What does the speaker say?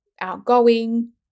outgoing